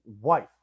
wife